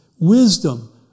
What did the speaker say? Wisdom